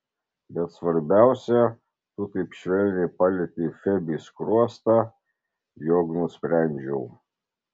bet svarbiausia tu taip švelniai palietei febei skruostą jog nusprendžiau